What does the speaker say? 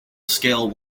scale